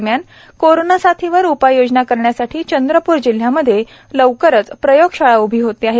दरम्यान कोरोना साथीवर उपाययोजना करण्यासाठी चंद्रप्र जिल्ह्यामध्ये लवकरच प्रयोगशाळा उभी होत आहे